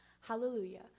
Hallelujah